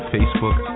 Facebook